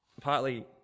Partly